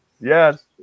Yes